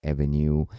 Avenue